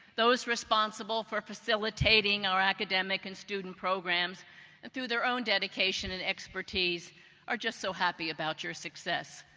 those responsible for facilitating our academic and student programs. and through their own dedication and expertise are just so happy about your success.